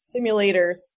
simulators